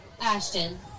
Ashton